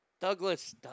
Douglas